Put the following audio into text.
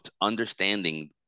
understanding